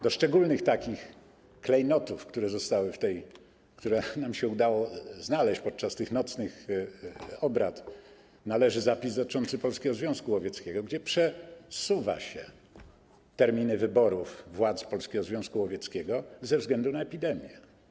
Do szczególnych takich klejnotów, które nam się udało znaleźć podczas tych nocnych obrad, należy zapis dotyczący Polskiego Związku Łowieckiego, gdzie przesuwa się terminy wyborów władz Polskiego Związku Łowieckiego ze względu na epidemię.